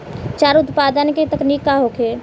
चारा उत्पादन के तकनीक का होखे?